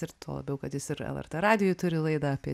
ir tuo labiau kad jis ir lrt radijuj turi laidą apie